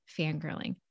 fangirling